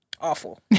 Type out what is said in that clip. Awful